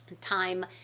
time